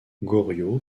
goriot